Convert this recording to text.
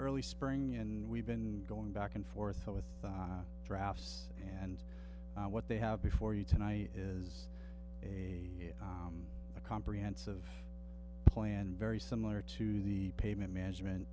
early spring and we've been going back and forth with drafts and what they have before you tonight is a a comprehensive plan very similar to the payment management